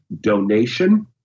donation